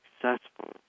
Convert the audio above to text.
successful